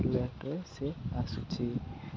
ପଟେ ସେ ଆସୁଛି